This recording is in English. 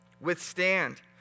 Withstand